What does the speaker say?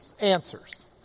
answers